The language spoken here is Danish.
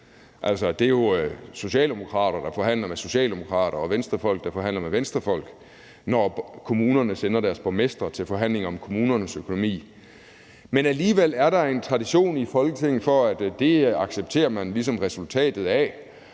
det er jo socialdemokrater, der forhandler med socialdemokrater, og Venstrefolk, der forhandler med Venstrefolk, når kommunerne sender deres borgmestre til forhandlinger om kommunernes økonomi. Men alligevel er der en tradition i Folketinget for, at det accepterer man ligesom resultatet af,